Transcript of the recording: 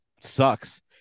Sucks